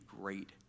great